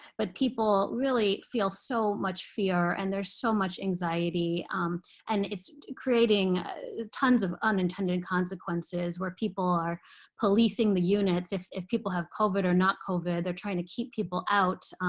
but people really feel so much fear. and there's so much anxiety and it's creating tons of unintended consequences, where people are policing the units. if if people have covid or not covid, they're trying to keep people out.